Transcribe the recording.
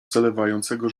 zalewającego